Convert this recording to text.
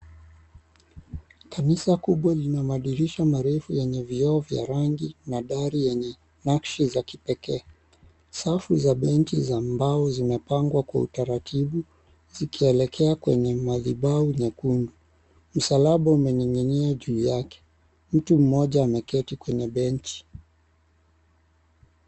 Kanisa kubwa lina madirisha marefu yenye vioo vya rangi na dari yenye nakshi za kipekee. Safu za benchi za mbao zimepangwa kwa utaratibu zikielekea kwenye madhabahu nyekundu. Msalaba umening'inia juu yake. Mtu mmoja ameketi kwenye benchi.